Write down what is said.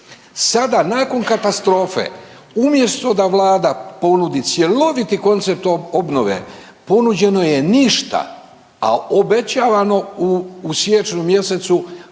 Sada nakon katastrofe umjesto da Vlada ponudi cjeloviti koncept obnove, ponuđeno je ništa, a obećavano u siječnju mjesecu